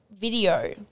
video